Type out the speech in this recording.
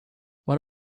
what